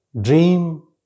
dream